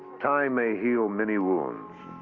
time may heal many wounds.